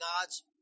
God's